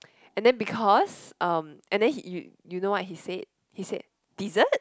and then because um and then you you know what he said he said dessert